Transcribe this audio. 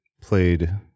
played